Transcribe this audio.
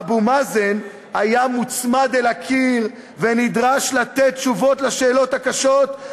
אבו מאזן היה מוצמד אל הקיר ונדרש לתת תשובות על השאלות הקשות,